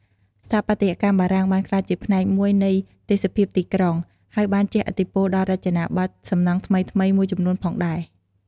ស្ថាបត្យកម្មបារាំងបានក្លាយជាផ្នែកមួយនៃទេសភាពទីក្រុង ហើយបានជះឥទ្ធិពលដល់រចនាបថសំណង់ថ្មីៗមួយចំនួនផងដែរ។